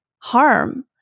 harm